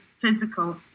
physical